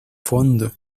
fondo